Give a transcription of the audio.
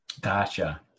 Gotcha